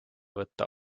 võtta